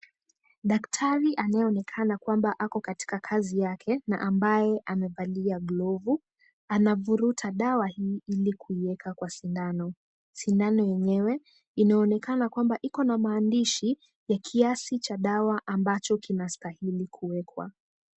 Daktari, anayeonekana kwamba ako katika kazi yake, na ambaye amevalia glovu, anavuruta dawa hii ili kuiweka kwa sindano. Sindano yenyewe inaonekana kwamba iko na maandishi ya kiasi cha dawa ambacho kinastahili kuwekwa.